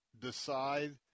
decide